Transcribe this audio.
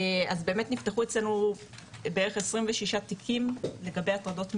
אז באמת נפתחו אצלנו בערך 26 תיקים לגבי הטרדות מיניות,